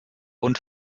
und